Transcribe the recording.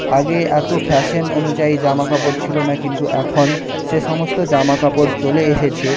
আগে এতো ফ্যাশন অনুযায়ী জামা কাপড় ছিলো না কিন্তু এখন সে সমস্ত জামা কাপড় চলে এসেছে